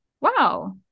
wow